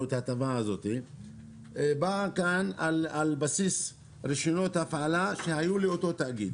את ההטבה הזאת באה כאן על בסיס רישיונות הפעלה שהיו לאותו תאגיד.